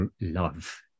love